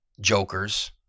jokers